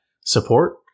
support